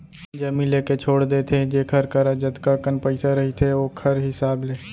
जमीन लेके छोड़ देथे जेखर करा जतका कन पइसा रहिथे ओखर हिसाब ले